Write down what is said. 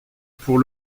pour